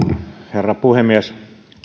herra puhemies